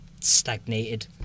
stagnated